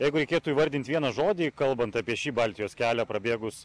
jeigu reikėtų įvardint vieną žodį kalbant apie šį baltijos kelią prabėgus